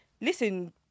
listen